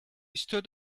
stood